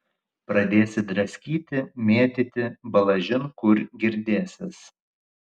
pradėsi draskyti mėtyti balažin kur girdėsis